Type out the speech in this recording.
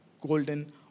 golden